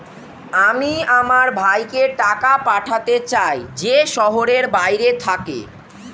আমি আমার ভাইকে টাকা পাঠাতে চাই যে শহরের বাইরে থাকে